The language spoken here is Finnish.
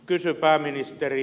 kysyn pääministeri